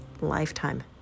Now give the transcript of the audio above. lifetime